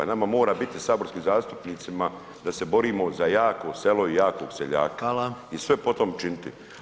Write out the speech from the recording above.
Nama mora biti saborskim zastupnicima da se borimo za jako selo i jakog seljaka [[Upadica: Hvala.]] I sve po tom činiti.